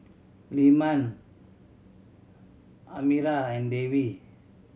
Leman Amirah and Dewi